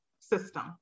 system